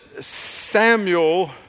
Samuel